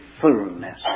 fullness